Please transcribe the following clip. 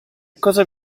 cosa